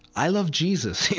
i love jesus.